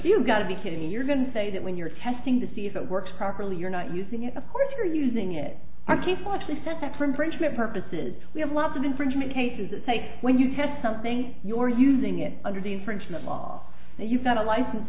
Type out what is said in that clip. you gotta be kidding you're going to say that when you're testing to see if it works properly you're not using it of course you're using it i keep from bridgman purposes we have lots of infringement cases that say when you test something you're using it under the infringement law and you've got a license